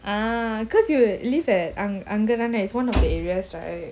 ah cause you at live at அங்கதானே:angathane one of the areas right